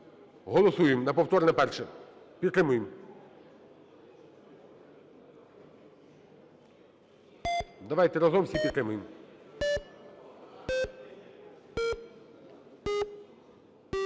Голосуємо на повторне перше. Підтримуємо, давайте разом всі підтримаємо.